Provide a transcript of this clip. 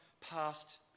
past